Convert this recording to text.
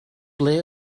ble